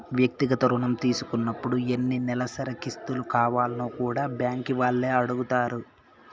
వ్యక్తిగత రుణం తీసుకున్నపుడు ఎన్ని నెలసరి కిస్తులు కావాల్నో కూడా బ్యాంకీ వాల్లే అడగతారు